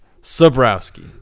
Sobrowski